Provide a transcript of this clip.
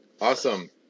Awesome